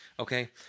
Okay